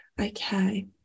Okay